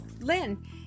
Lynn